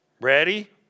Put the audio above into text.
Ready